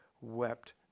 wept